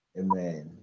amen